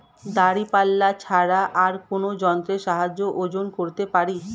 দাঁড়িপাল্লা ছাড়া আর কোন যন্ত্রের সাহায্যে ওজন করতে পারি?